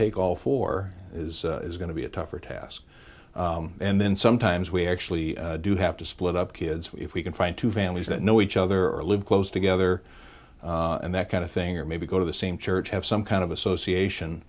take all four is going to be a tougher task and then sometimes we actually do have to split up kids if we can find two families that know each other or live close together and that kind of thing or maybe go to the same church have some kind of